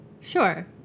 sure